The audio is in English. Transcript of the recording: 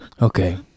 Okay